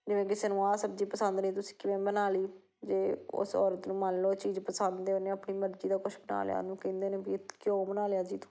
ਜਿਵੇਂ ਕਿਸੇ ਨੂੰ ਆਹ ਸਬਜ਼ੀ ਪਸੰਦ ਨਹੀਂ ਤੁਸੀਂ ਕਿਵੇਂ ਬਣਾ ਲਈ ਜੇ ਉਸ ਔਰਤ ਨੂੰ ਮੰਨ ਲਓ ਚੀਜ਼ ਪਸੰਦ ਏ ਉਹਨੇ ਆਪਣੀ ਮਰਜ਼ੀ ਦਾ ਕੁਛ ਬਣਾ ਲਿਆ ਉਹਨੂੰ ਕਹਿੰਦੇ ਨੇ ਵੀ ਕਿਉਂ ਬਣਾ ਲਿਆ ਜੀ ਤੂੰ